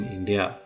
India